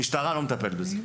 המשטרה לא מטפלת בזה.